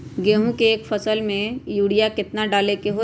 गेंहू के एक फसल में यूरिया केतना डाले के होई?